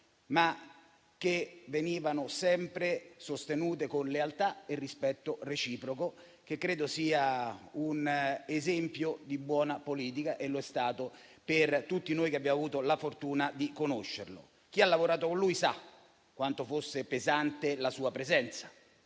ma sempre sostenute con lealtà e rispetto reciproco. Credo che questo sia un esempio di buona politica e lo è stato per tutti noi che abbiamo avuto la fortuna di conoscerlo. Chi ha lavorato con lui sa quanto fosse pesante la sua presenza,